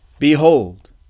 Behold